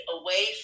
away